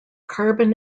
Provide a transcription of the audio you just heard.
carbon